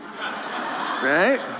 right